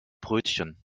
brötchen